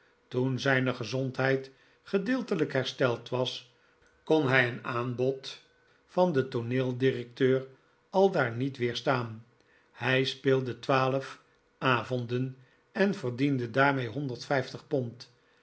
toen zy'ne gezondheid gedeeltelijk hersteld was kon hij een aanbod van den tooneeldirecteur aldaar niet weerstaan hij speelde twaalf avonden en verdiende daarmede honderdvijftig pond